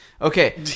okay